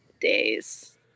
days